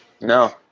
No